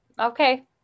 Okay